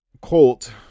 Colt